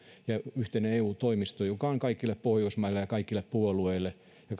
ja yhteinen eu toimisto joka on kaikkien pohjoismaiden ja kaikkien puolueiden ja